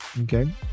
Okay